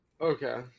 okay